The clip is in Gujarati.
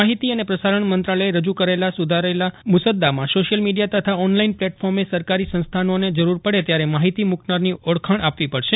માહિતી અને પ્રસારજ્ઞ મંત્રાલયે રજુ કરેલા સુધારેલા મુસદ્દામાં સોશિયલ મીડિયા તથા ઓનલાઇન પ્લેટફોર્મે સરકારી સંસ્થાનોને જરૂર પડે ત્યારે માહિતી સુકનારની ઓળખવા આપવી પડશે